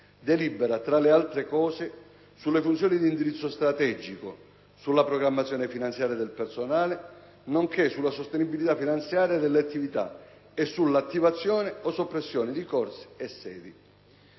delibera, tra le altre cose, sulle funzioni di indirizzo strategico, sulla programmazione finanziaria e del personale, nonché sulla sostenibilità finanziaria delle attività e sull'attivazione o soppressione di corsi e sedi.